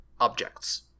objects